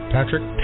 Patrick